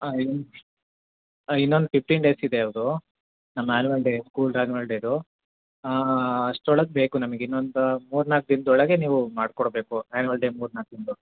ಹಾಂ ಇನ್ನೊಂದು ಹಾಂ ಇನ್ನೊಂದು ಫಿಫ್ಟೀನ್ ಡೇಸ್ ಇದೆ ಅದು ನಮ್ಮ ಆ್ಯನ್ಯುವಲ್ ಡೇ ಸ್ಕೂಲ್ದು ಆ್ಯನಿವಲ್ ಡೇದು ಅಷ್ಟರೊಳಗೆ ಬೇಕು ನಮಗೆ ಇನ್ನೊಂದು ಮೂರು ನಾಲ್ಕು ದಿನದ ಒಳಗೆ ನೀವು ಮಾಡಿಕೊಡ್ಬೇಕು ಆ್ಯನಿವಲ್ ಡೇ ಮೂರು ನಾಲ್ಕು ದಿನ್ದೊಳ್ಗೆ